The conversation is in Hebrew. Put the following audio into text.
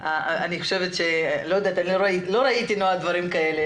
לא ראיתי דברים כאלה,